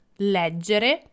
leggere